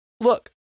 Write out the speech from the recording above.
look